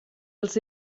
els